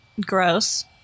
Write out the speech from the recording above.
Gross